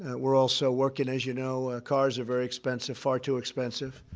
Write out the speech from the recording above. ah we're also working, as you know cars are very expensive. far too expensive.